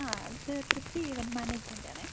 ആ ഇത് Thripthi event management ആണേ